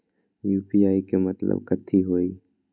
UPI के मतलब कथी होई?